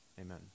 Amen